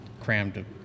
crammed